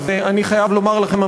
ואני חייב לומר לכם,